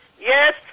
Yes